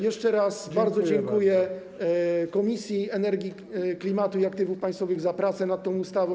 Jeszcze raz bardzo dziękuję Komisji do Spraw Energii, Klimatu i Aktywów Państwowych za pracę nad tą ustawą.